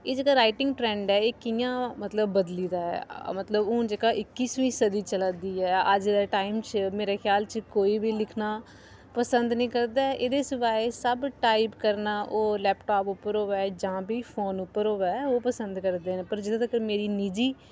एह् जेह्ड़ा writing trend ऐ एह् कियां मतलब बदली दी ऐ मतलब हून जेह्का इकसवीं सदी चलै दी ऐ अज्जै दे टाइम च मेरे ख्याल च कोई बी लिखना पसंद नी करदा ऐ एह्दे सिवाए सब टाइप करना ओह् लैपटाप उप्पर होवै जां फ्ही फोन उप्पर होऐ ओह् पसंद करदे न पर जित्थुं तगर मेरी निजी